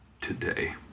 today